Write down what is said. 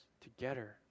together